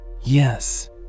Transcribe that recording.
Yes